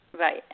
Right